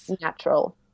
natural